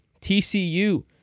TCU